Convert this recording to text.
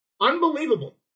Unbelievable